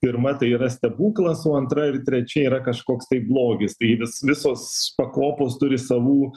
pirma tai yra stebuklas o antra ir trečia yra kažkoks tai blogis tai vis visos pakopos turi savų